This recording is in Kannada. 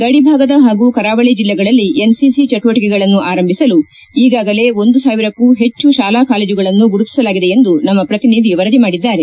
ಗಡಿಭಾಗದ ಹಾಗೂ ಕರಾವಳ ಜಿಲ್ಲೆಗಳಲ್ಲಿ ಎನ್ಸಿಸಿ ಚಟುವಟಿಕೆಗಳನ್ನು ಆರಂಭಿಸಲು ಈಗಾಗಲೇ ಒಂದು ಸಾವಿರಕ್ಕೂ ಹೆಚ್ಚು ಶಾಲಾ ಕಾಲೇಜುಗಳನ್ನು ಗುರುತಿಸಲಾಗಿದೆ ಎಂದು ನಮ್ನ ಪ್ರತಿನಿಧಿ ವರದಿ ಮಾಡಿದ್ದಾರೆ